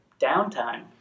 downtime